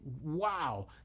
wow